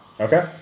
Okay